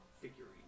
figurine